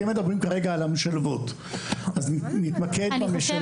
אתם מדברים כרגע על המשלבות, אז נתמקד במשלבות.